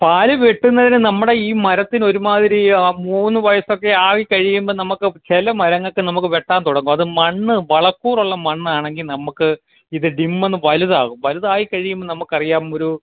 പാല് വെട്ടുന്നതിന് നമ്മുടെ ഈ മരത്തിനൊര്മാതിരി മൂന്ന് വയസ്സൊക്കെ ആയിക്കഴിയുമ്പം നമുക്ക് ചില മരങ്ങൾക്ക് നമുക്ക് വെട്ടാൻ തുടങ്ങും അത് മണ്ണ് വളക്കൂറുള്ള മണ്ണാണെങ്കിൽ നമുക്ക് ഇത് ഡിമ്മന്ന് വലുതാകും വലുതായി കഴിയുമ്പം നമുക്ക് അറിയാം ഒരു